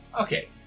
Okay